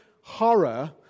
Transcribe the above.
horror